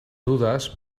dudas